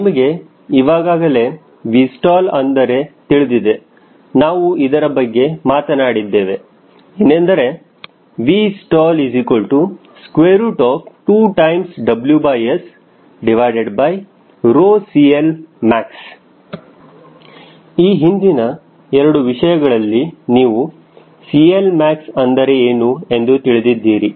ನಿಮಗೆ ಇವಾಗ್ ಆಗಲೇ Vstall ಅಂದರೆ ತಿಳಿದಿದೆ ನಾವು ಅದರ ಬಗ್ಗೆ ಮಾತನಾಡಿದ್ದೇವೆ ಏನೆಂದರೆ Vstall2WS CLmax ಈ ಹಿಂದಿನ ಎರಡು ವಿಷಯಗಳಲ್ಲಿ ನೀವು CLmax ಅಂದರೆ ಏನು ಎಂದು ತಿಳಿದಿದ್ದೀರಿ